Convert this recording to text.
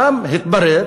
שם התברר